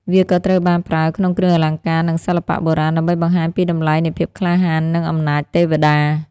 វាក៏ត្រូវបានប្រើក្នុងគ្រឿងអលង្ការ និងសិល្បៈបុរាណ ដើម្បីបង្ហាញពីតម្លៃនៃភាពក្លាហាន និងអំណាចទេវតា។